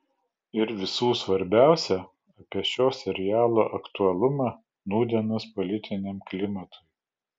ir visų svarbiausia apie šio serialo aktualumą nūdienos politiniam klimatui